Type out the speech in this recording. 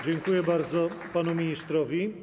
Dziękuję bardzo panu ministrowi.